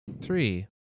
Three